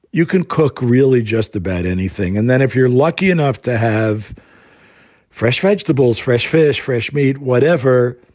you can cook really just about anything. and then if you're lucky enough to have fresh vegetables, fresh fish, fresh meat, whatever.